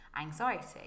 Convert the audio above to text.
anxiety